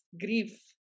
grief